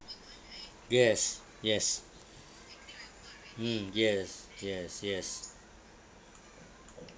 yes yes mm yes yes yes